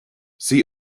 see